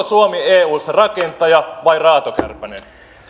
suomi eussa rakentaja vai raatokärpänen